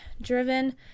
driven